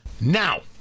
Now